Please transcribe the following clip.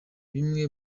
bimwe